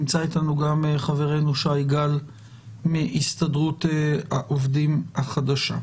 נמצא אתנו גם חברנו שי גל מהסתדרות העובדים החדשה.